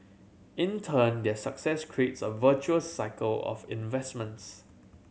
in turn their success creates a virtuous cycle of investments